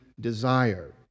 desire